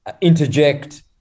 interject